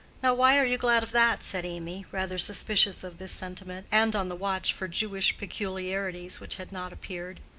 now, why are you glad of that? said amy, rather suspicious of this sentiment, and on the watch for jewish peculiarities which had not appeared.